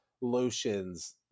lotions